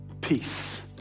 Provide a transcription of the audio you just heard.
peace